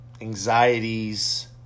anxieties